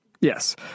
Yes